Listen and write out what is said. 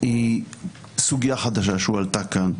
היא סוגיה חדשה שהועלתה כאן,